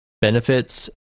benefits